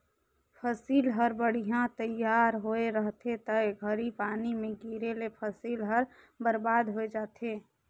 फसिल हर बड़िहा तइयार होए रहथे ते घरी में पानी गिरे ले फसिल हर बरबाद होय जाथे